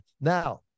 Now